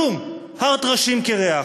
כלום, הר טרשים קירח.